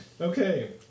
Okay